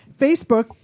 Facebook